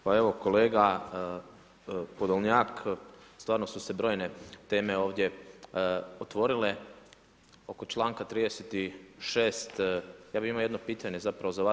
Pa evo kolega Podolnjak, stvarno su se brojne teme ovdje otvorile, oko članka 36. ja bi imao zapravo jedno pitanje zapravo vas.